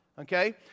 Okay